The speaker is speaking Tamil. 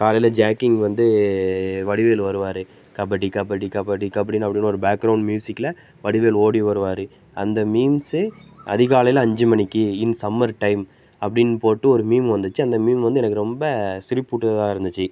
காலையில ஜாக்கிங் வந்து வடிவேலு வருவார் கபடி கபடி கபடி கபடின்னு அப்படின்னு ஒரு பேக் க்ரவுண்ட் மியூசிக்ல வடிவேலு ஓடி வருவார் அந்த மீம்ஸ்ஸு அதிகாலையில அஞ்சு மணிக்கு இன் சம்மர் டைம் அப்படின்னு போட்டு ஒரு மீம் வந்துச்சு அந்த மீம் வந்து எனக்கு ரொம்ப சிரிப்பு ஊட்டுவதாக இருந்துச்சு